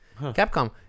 Capcom